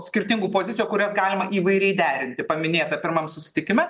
skirtingų pozicijų kurias galima įvairiai derinti paminėta pirmam susitikime